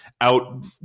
out